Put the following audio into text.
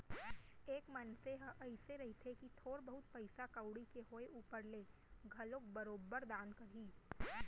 एक मनसे ह अइसे रहिथे कि थोर बहुत पइसा कउड़ी के होय ऊपर ले घलोक बरोबर दान करही